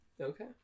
Okay